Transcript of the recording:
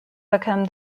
become